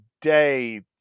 day